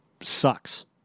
sucks